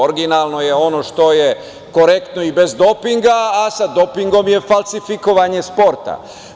Originalno je ono što je korektno i bez dopinga, a sa dopingom je falsifikovanje sporta.